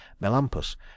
Melampus